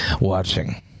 watching